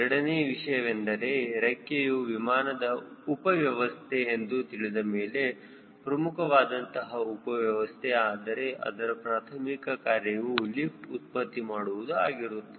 ಎರಡನೇ ವಿಷಯವೆಂದರೆ ರೆಕ್ಕೆಯು ವಿಮಾನದ ಉಪವ್ಯವಸ್ಥೆ ಎಂದು ತಿಳಿದಮೇಲೆ ಪ್ರಮುಖವಾದಂತಹ ಉಪವ್ಯವಸ್ಥೆ ಆದರೆ ಅದರ ಪ್ರಾರ್ಥಮಿಕ ಕಾರ್ಯವು ಲಿಫ್ಟ್ ಉತ್ಪತ್ತಿ ಮಾಡುವುದು ಆಗಿರುತ್ತದೆ